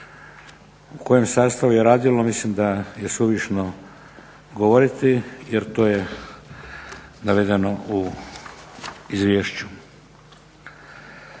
U kojem sastavu je radilo mislim da je suvišno govoriti jer to je navedeno u izvješću.